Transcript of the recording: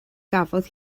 gafodd